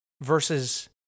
versus